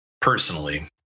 personally